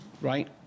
Right